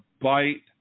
bite